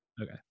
Okay